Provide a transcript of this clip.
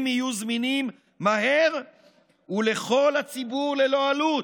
יהיו זמינים מהר ולכל הציבור ללא עלות.